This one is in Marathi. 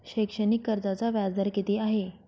शैक्षणिक कर्जाचा व्याजदर किती आहे?